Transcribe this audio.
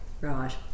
Right